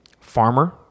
farmer